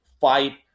fight